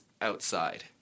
outside